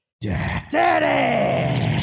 daddy